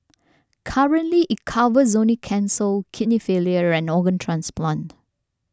currently it covers only cancel kidney failure and organ transplant